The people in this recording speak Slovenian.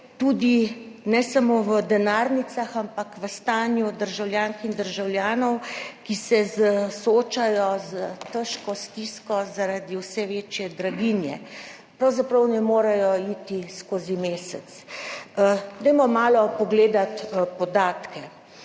bolj, ne samo v denarnicah, ampak tudi v stanju državljank in državljanov, ki se soočajo s težko stisko zaradi vse večje draginje. Pravzaprav ne morejo iti skozi mesec. Dajmo malo pogledati podatke.